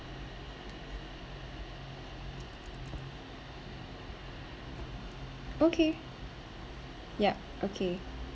okay yup okay